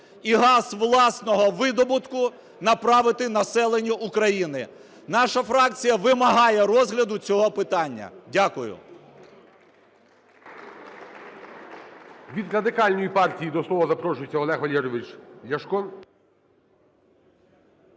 і газ власного видобутку направити населенню України. Наша фракція вимагає розгляду цього питання. Дякую.